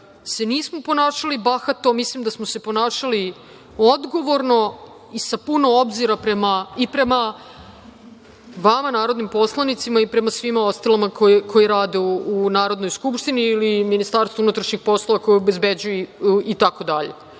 se nismo ponašali bahato. Mislim da smo se ponašali odgovorno i sa puno obzira i prema vama narodnim poslanicima i prema svima ostalima koji rade u Narodnoj skupštini ili Ministarstvu unutrašnjih poslova koji obezbeđuju itd.